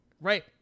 Right